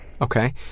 Okay